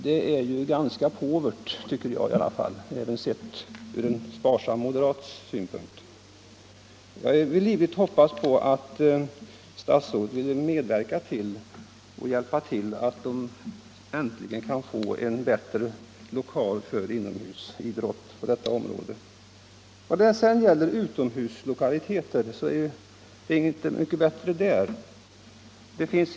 Det är ganska påvert även sett från en sparsam moderat synpunkt. Jag hoppas livligt att statsrådet vill medverka till att de äntligen kan få en bättre lokal för inomhusidrott. Förhållandena är inte mycket bättre för utomhusidrott.